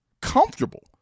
comfortable